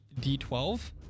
d12